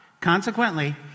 consequently